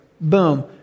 Boom